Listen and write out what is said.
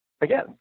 again